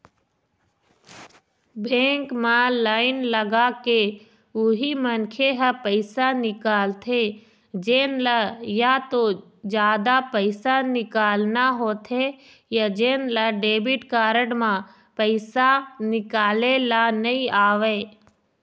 bank म line लगाके उही मनखे ह पइसा निकालथे जेन ल या तो जादा पइसा निकालना होथे या जेन ल डेबिट कारड म पइसा निकाले ल नइ आवय